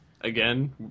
again